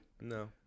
No